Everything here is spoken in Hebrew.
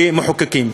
כמחוקקים.